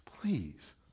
please